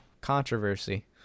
controversy